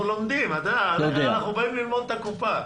אנחנו באים ללמוד את הקופה.